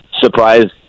surprised